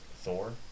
Thor